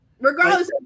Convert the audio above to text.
Regardless